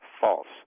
false